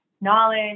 knowledge